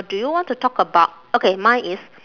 do you want to talk about okay mine is